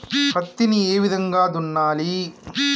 పత్తిని ఏ విధంగా దున్నాలి?